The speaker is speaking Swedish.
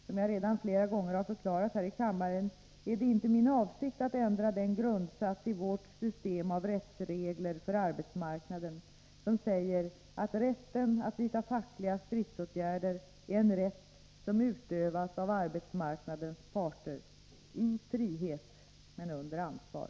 Som jag redan flera gånger har förklarat här i kammaren är det inte min avsikt att ändra den grundsats i vårt system av rättsregler för arbetsmarknaden som säger att rätten att vidta fackliga stridsåtgärder är en rätt som utövas av arbetsmarknadens parter i frihet men under ansvar.